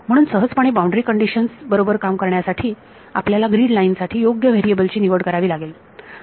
म्हणून सहजपणे boundary conditions बरोबर काम करण्यासाठी आपल्याला ग्रीड लाईन साठी योग्य व्हेरिएबल ची निवड करावी लागेल